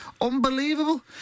Unbelievable